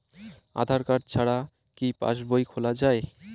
আধার card ছাড়া কি পাসবই খোলা যায়?